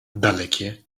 dalekie